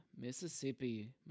Mississippi